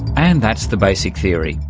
and that's the basic theory.